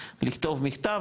לכתוב מכתב,